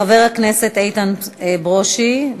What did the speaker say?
חבר הכנסת איתן ברושי.